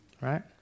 right